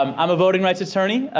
um i'm a voting rights attorney.